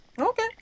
Okay